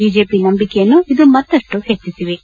BJP ನಂಬಿಕೆಯನ್ನು ಇದು ಮತ್ತುಷ್ಟು ಹೆಚ್ಚಿಸಿವೆ